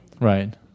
Right